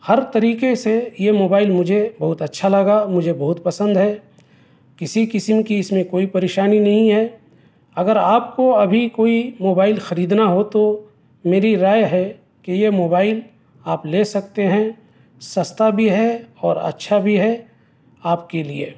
ہر طریقے سے یہ موبائل مجھے بہت اچّھا لگا مجھے بہت پسند ہے کسی قسم کی اس میں کوئی پریشانی نہیں ہے اگر آپ کو ابھی کوئی موبائل خریدنا ہو تو میری رائے ہے کہ یہ موبائل آپ لے سکتے ہیں سستا بھی ہے اور اچّھا بھی ہے آپ کے لیے